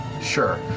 Sure